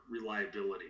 reliability